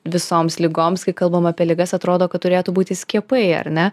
visoms ligoms kai kalbam apie ligas atrodo kad turėtų būti skiepai ar ne